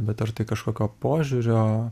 bet ar tai kažkokio požiūrio